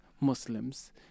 Muslims